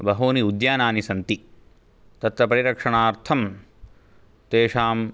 बहूनि उद्यानानि सन्ति तत्र परिरक्षणार्थं तेषाम्